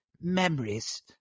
memories